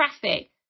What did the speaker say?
traffic